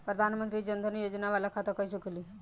प्रधान मंत्री जन धन योजना वाला खाता कईसे खुली?